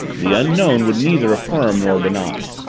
the unknown would neither affirm nor deny.